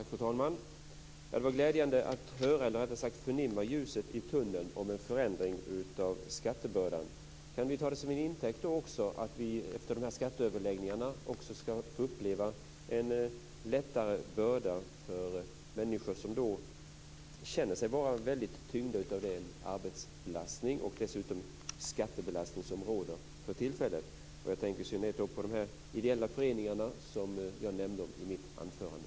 Fru talman! Det var glädjande att förnimma ljuset i tunneln om en förändring av skattebördan. Kan vi ta det som intäkt för att vi efter skatteöverläggningarna också skall få uppleva en lättare börda för människor som känner sig väldigt tyngda av arbetsbelastning och dessutom av den skattebelastning som råder för tillfället. Jag tänker i synnerhet på de ideella föreningar som jag nämnde i mitt anförande.